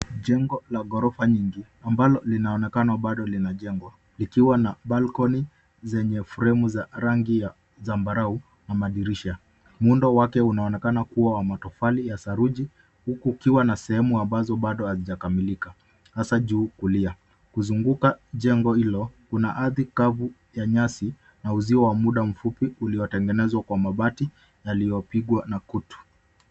Jengo la ghorofa nyingi ambalo linaonekana bado linajengwa, likiwa na balcony zenye fremu za rangi ya zambarau na madirisha. Muundo wake unaonekana kuwa wa matofali ya saruji, huku ukiwa na sehemu ambazo bado hazijakamilika, hasa juu kulia. Kuzunguka jengo hilo, kuna ardhi kavu ya nyasi ya uzio wa muda mfupi uliotengenezwa kwa mabati yaliyopigwa na kutu.